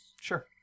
Sure